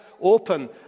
open